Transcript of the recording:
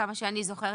עד כמה שאני זוכרת,